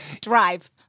Drive